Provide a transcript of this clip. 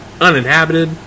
uninhabited